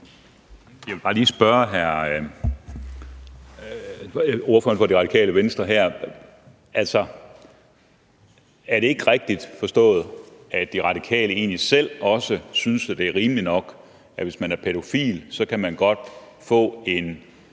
Jeg vil bare lige spørge ordføreren for Radikale Venstre: Er det ikke rigtigt forstået, at De Radikale egentlig også selv synes, at det er rimeligt nok, at hvis man er pædofil, kan man godt få en